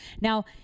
Now